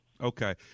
Okay